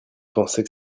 pensait